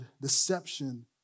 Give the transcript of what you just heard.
deception